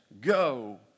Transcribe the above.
go